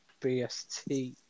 BST